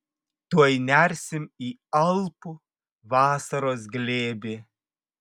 tuoj nersim į alpų vasaros glėbį